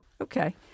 Okay